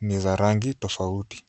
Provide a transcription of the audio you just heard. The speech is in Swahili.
ni za rangi tofauti.